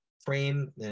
frame